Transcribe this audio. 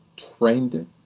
trained it,